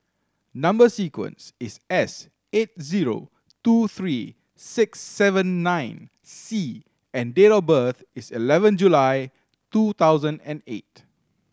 number sequence is S eight zero two three six seven nine C and date of birth is eleven July two thousand and eight